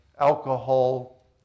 alcohol